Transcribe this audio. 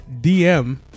DM